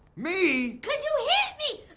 me? cause you hit me!